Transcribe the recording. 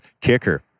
kicker